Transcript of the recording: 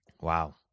Wow